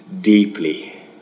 deeply